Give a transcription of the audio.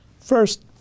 First